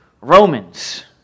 Romans